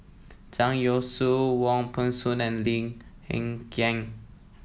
Zhang Youshuo Wong Peng Soon and Lim Hng Kiang